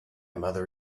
mother